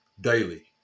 daily